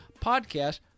podcast